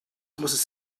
must